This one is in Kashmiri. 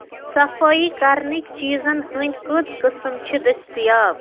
صفٲیی کرنٕکۍ چیٖزَن ہنٛدۍ کٔژ قٕسم چھِ دٔستِیاب؟